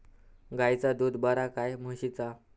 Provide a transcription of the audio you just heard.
गायचा दूध बरा काय म्हशीचा?